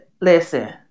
listen